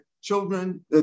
children